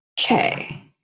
Okay